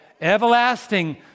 Everlasting